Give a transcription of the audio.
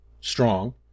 strong